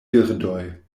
birdoj